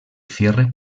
cierre